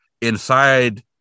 inside